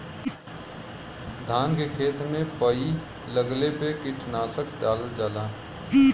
धान के खेत में पई लगले पे कीटनाशक डालल जाला